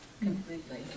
completely